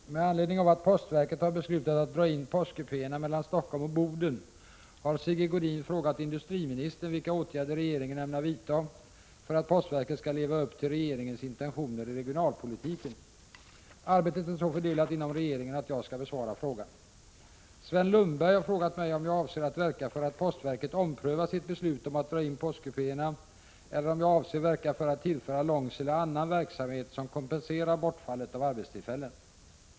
Herr talman! Med anledning av att postverket har beslutat att dra in postkupéerna mellan Stockholm och Boden har Sigge Godin frågat industriministern vilka åtgärder regeringen ämnar vidta för att postverket skall leva upp till regeringens intentioner i regionalpolitiken. Arbetet är så fördelat inom regeringen att jag skall besvara frågan. Sven Lundberg har frågat mig om jag avser att verka för att postverket omprövar sitt beslut om att dra in postkupéerna eller om jag avser att verka för att tillföra Långsele annan verksamhet som kompenserar bortfallet av arbetstillfällen.